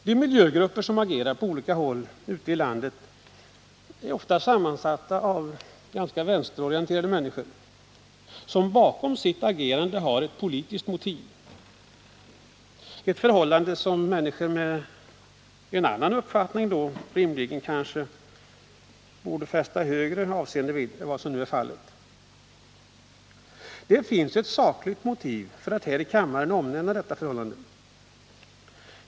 De miljögrupper som agerar på olika håll i landet är ofta sammansatta av ganska vänsterorienterade människor, som bakom sitt agerande har ett politiskt motiv — ett förhållande som människor med en annan samhällssyn kanske i högre grad än vad som nu är fallet borde beakta. Det finns ett sakligt motiv för att här i kammaren omnämna detta förhållande.